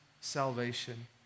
salvation